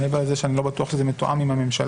מעבר לזה שאני לא בטוח שזה מתואם עם הממשלה